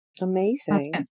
Amazing